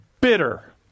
bitter